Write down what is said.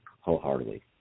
wholeheartedly